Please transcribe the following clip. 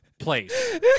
Place